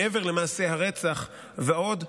מעבר למעשי הרצח ועוד,